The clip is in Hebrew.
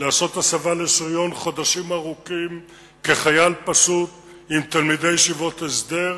לעשות הסבה לשריון חודשים ארוכים כחייל פשוט עם תלמידי ישיבות הסדר.